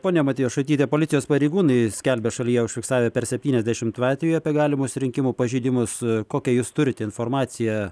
ponia matjošaityte policijos pareigūnai skelbia šalyje užfiksavę per septyniasdešimt atvejų apie galimus rinkimų pažeidimus kokią jūs turite informaciją